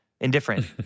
indifferent